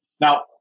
Now